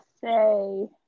say